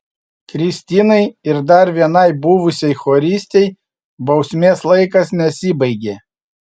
kristinai ir dar vienai buvusiai choristei bausmės laikas nesibaigė